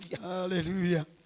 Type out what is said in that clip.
Hallelujah